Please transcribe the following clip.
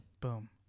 Boom